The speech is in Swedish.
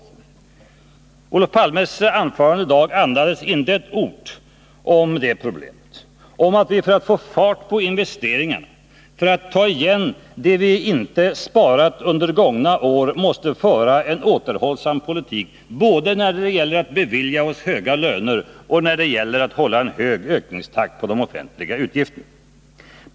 Olof Palmes anförande i dag andades inte ett ord om det problemet, om att vi för att få fart på investeringarna och för att ta igen det vi inte sparat under gångna år måste föra en återhållsam politik både när det gäller att bevilja oss höga löner och när det gäller att hålla en hög ökningstakt i de offentliga utgifterna.